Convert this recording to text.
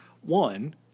One